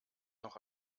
noch